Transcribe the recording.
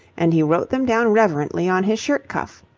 and he wrote them down reverently on his shirt-cuff.